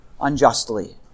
unjustly